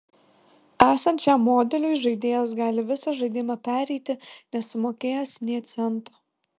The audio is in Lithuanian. esant šiam modeliui žaidėjas gali visą žaidimą pereiti nesumokėjęs nė cento